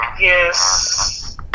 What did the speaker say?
Yes